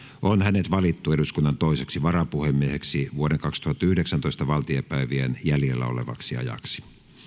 on hänet valittu eduskunnan toiseksi varapuhemieheksi vuoden kaksituhattayhdeksäntoista valtiopäivien jäljellä olevaksi ajaksi